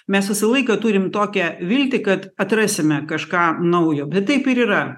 mes visą laiką turim tokią viltį kad atrasime kažką naujo bet taip ir yra